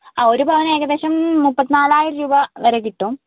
ആ ഒരു പവന് ഏകദേശം മുപ്പത്തിനാലായിരം രൂപ വരെ കിട്ടും